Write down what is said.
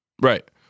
Right